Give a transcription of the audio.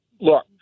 look